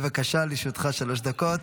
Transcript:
בבקשה, לרשותך שלוש דקות.